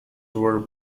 were